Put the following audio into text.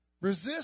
Resist